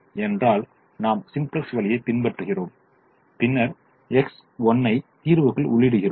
ஏன்னென்றால் நாம் சிம்ப்ளக்ஸ் வழியைச் பின்பற்றுகிறோம் பின்னர் X1 ஐ தீர்வுக்குள் உள்ளிடுகிறோம்